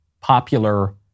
popular